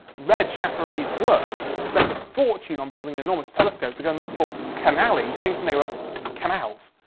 read schiaparelli's work, spent a fortune on building an enormous telescope to go and look for caneli, thinking they were canals.